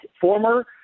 former –